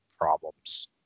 problems